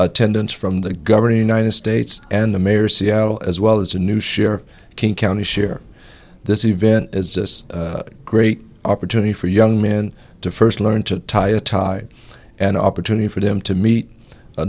attendance from the governing united states and the mayor seattle as well as a new share king county share this event as this great opportunity for young men to first learn to tie a tie an opportunity for them to meet a